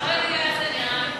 אתם לא תאמינו: חסר משמעות תקציבית.